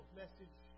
message